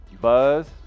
Buzz